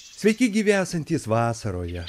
sveiki gyvi esantys vasaroje